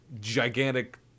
gigantic